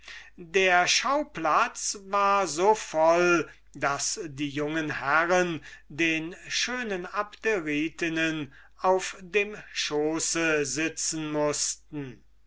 der schauplatz war so voll daß die jungen herren den schönen abderitinnen auf dem schoße sitzen mußten